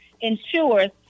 ensures